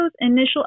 initial